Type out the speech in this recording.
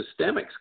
systemics